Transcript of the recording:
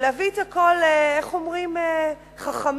ולהביא את הכול, איך אומרים חכמינו?